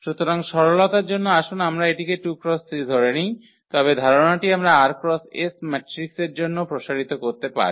সুতরাং সরলতার জন্য আসুন আমরা এটি 2 × 3 ধরে নিই তবে ধারণাটি আমরা r × s ম্যাট্রিকগুলির জন্যও প্রসারিত করতে পারি